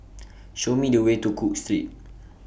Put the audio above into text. Show Me The Way to Cook Street